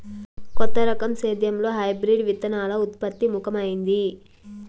కొత్త రకం సేద్యంలో హైబ్రిడ్ విత్తనాల ఉత్పత్తి ముఖమైంది